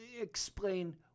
explain